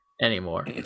anymore